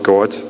God